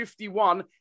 51